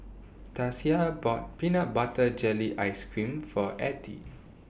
Tasia bought Peanut Butter Jelly Ice Cream For Ethie